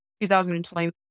2020